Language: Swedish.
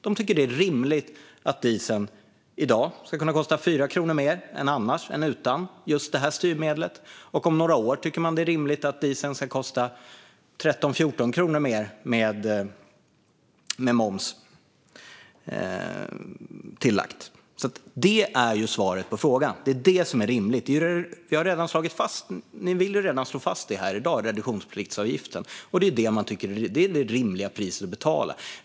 De tycker att det är rimligt att dieseln i dag ska kunna kosta 4 kronor mer än utan just det här styrmedlet, och man tycker att det är rimligt att om några år ska dieseln kunna kosta 13-14 kronor mer, med moms tillagd. Det är alltså svaret på frågan. Det är det som är rimligt. Ni vill ju redan här i dag slå fast den reduktionspliktsavgiften. Det är det priset man tycker är rimligt att betala.